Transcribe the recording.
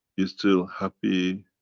you still happy